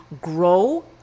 grow